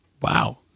wow